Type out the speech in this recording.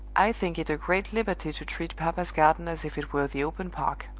i think it a great liberty to treat papa's garden as if it were the open park!